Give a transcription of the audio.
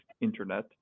internet